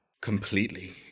Completely